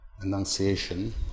Annunciation